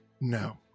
no